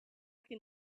can